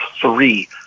three